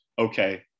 okay